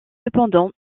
cependant